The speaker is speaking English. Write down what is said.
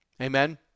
Amen